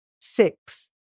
six